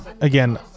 again